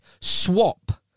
swap